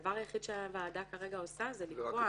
הדבר היחיד שהוועדה כרגע עושה זה לקבוע